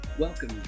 Welcome